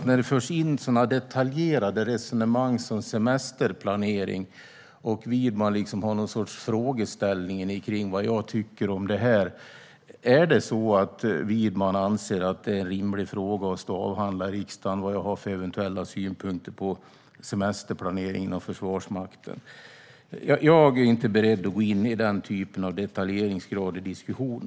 När detaljerade resonemang om semesterplanering inom Försvarsmakten förs in och Widman har någon sorts frågeställning om vilka eventuella synpunkter jag har på det måste jag fråga om Widman anser att det är en rimlig fråga att avhandla i riksdagen. Jag är inte beredd av gå in i den typen av detaljerad diskussion.